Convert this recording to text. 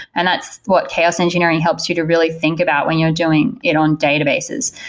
and that's what chaos engineering helps you to really think about when you're doing it on databases.